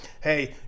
hey